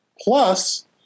Plus